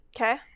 Okay